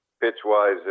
pitch-wise